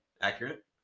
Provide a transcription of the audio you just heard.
Accurate